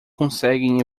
conseguem